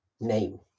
name